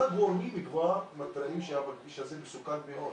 כל הגורמים מתריעים שהכביש הזה מסוכן מאוד.